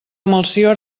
melcior